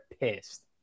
pissed